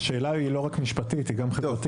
השאלה היא לא רק משפטית היא גם חברתית.